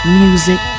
music